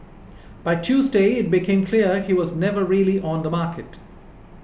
by Tuesday it became clear he was never really on the market